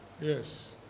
Yes